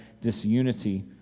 Disunity